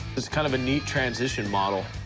is kind of a neat transition model.